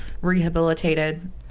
rehabilitated